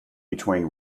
between